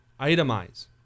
itemize